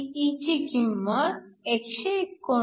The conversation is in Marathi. Τe ची किंमत 119